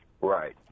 Right